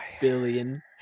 billion